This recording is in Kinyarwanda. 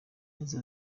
yagize